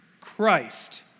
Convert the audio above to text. Christ